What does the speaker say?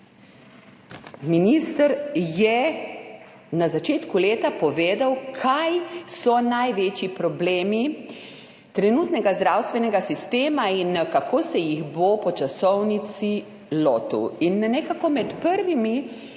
minister je na začetku leta povedal, kaj so največji problemi trenutnega zdravstvenega sistema in kako se jih bo po časovnici lotil. Med prvimi